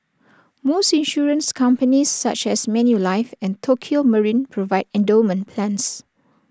most insurance companies such as Manulife and Tokio marine provide endowment plans